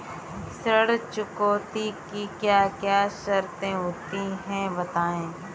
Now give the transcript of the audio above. ऋण चुकौती की क्या क्या शर्तें होती हैं बताएँ?